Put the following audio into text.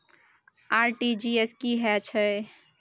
RTG S की है छै?